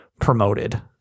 promoted